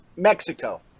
Mexico